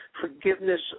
Forgiveness